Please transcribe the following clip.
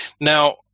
Now